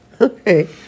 Okay